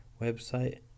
website